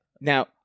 Now